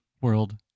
world